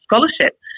scholarship